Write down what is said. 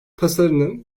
tasarının